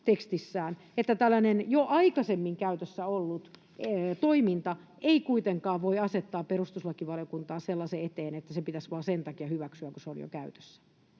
että tällainen jo aikaisemmin käytössä ollut toiminta ei kuitenkaan voi asettaa perustuslakivaliokuntaa sellaisen eteen, että se pitäisi vain sen takia hyväksyä, kun se on jo käytössä.